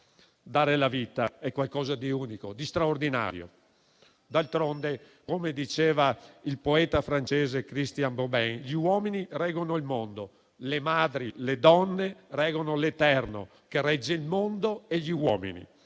Dare la vita è qualcosa di unico, di straordinario. D'altronde, come diceva il poeta francese Christian Bobin, gli uomini reggono il mondo, le madri, le donne reggono l'eterno, che regge il mondo e gli uomini.